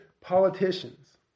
politicians